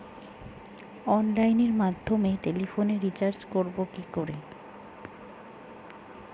অনলাইনের মাধ্যমে টেলিফোনে রিচার্জ করব কি করে?